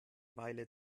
weile